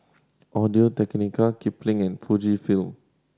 Audio Technica Kipling and Fujifilm